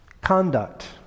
Conduct